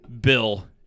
Bill